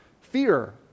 fear